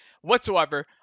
whatsoever